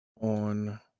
On